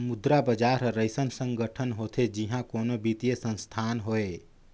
मुद्रा बजार हर अइसन संगठन होथे जिहां कोनो बित्तीय संस्थान होए